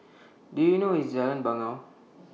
Do YOU know IS Jalan Bangau